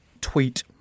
tweet